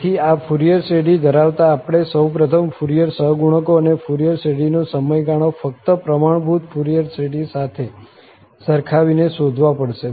તેથી આ ફુરિયર શ્રેઢી ધરાવતાં આપણે સૌપ્રથમ ફુરિયર સહગુણકો અને ફુરિયર શ્રેઢીનો સમયગાળો ફક્ત પ્રમાણભૂત ફુરિયર શ્રેઢી સાથે સરખાવીને શોધવા પડશે